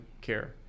care